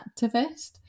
activist